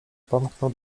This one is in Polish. pomknął